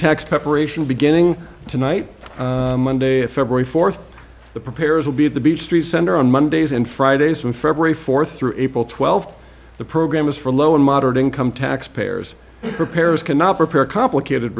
preparation beginning tonight monday february fourth the preparers will be at the beach street center on mondays and fridays from february fourth through april twelfth the program is for low and moderate income tax payers repairs cannot repair complicated